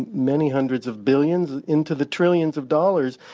many hundreds of billions, into the trillions of dollars,